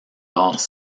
arts